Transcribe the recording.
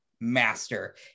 Master